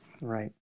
Right